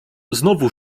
znowu